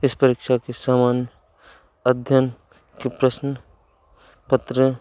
इस परीक्षा के समान अध्ययन के प्रश्न पत्र